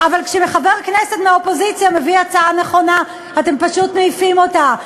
אבל כשחבר כנסת מהאופוזיציה מביא הצעה נכונה אתם פשוט מעיפים אותה,